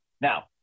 Now